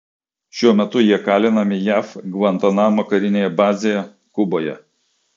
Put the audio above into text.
šiuo metu jie kalinami jav gvantanamo karinėje bazėje kuboje